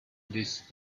this